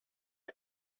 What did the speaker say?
are